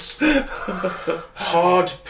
Hard